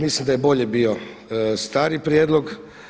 Mislim da je bolje bio stari prijedlog.